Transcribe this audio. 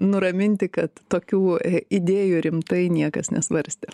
nuraminti kad tokių idėjų rimtai niekas nesvarstė